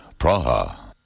Praha